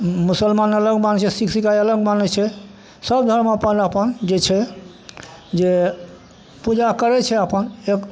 मुसलमान अलग मानै छै सिख ईसाइ अलग मानै छै सभ धरम अपन अपन जे छै जे पूजा करै छै अपन एक